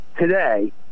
today